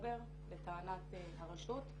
באוקטובר בטענת הרשות.